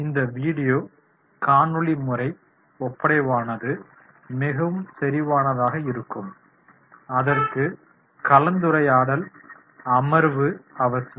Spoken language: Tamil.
இந்த video வீடியோ காணொளி முறை ஒப்படைவானது மிகவும் செறிவானதாக இருக்கும் அதற்கு கலந்துரையாடல் அமர்வு அவசியம்